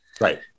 right